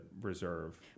reserve